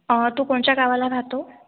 तू कोणच्या गावाला राहतो